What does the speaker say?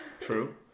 True